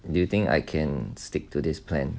do you think I can stick to this plan